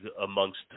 amongst